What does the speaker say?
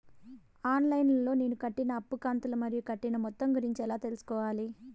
On line లో నేను కట్టిన అప్పు కంతులు మరియు కట్టిన మొత్తం గురించి ఎలా తెలుసుకోవాలి?